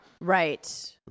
Right